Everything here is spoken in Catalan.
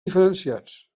diferenciats